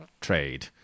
trade